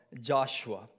Joshua